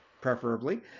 preferably